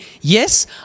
yes